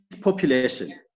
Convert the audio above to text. population